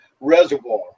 reservoir